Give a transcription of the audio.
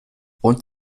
und